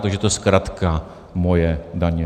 Takže to je zkratka, Moje daně.